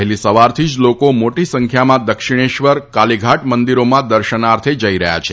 વહેલી સવારથી જ લોકો મોટી સંખ્યામાં દક્ષિણેશ્વર અને કાલીઘાટ મંદિરોમાં દર્શનાર્થે જઈ રહયાં છે